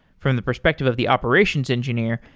from the perspective of the operation's engineer,